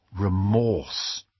Remorse